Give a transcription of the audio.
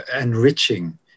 enriching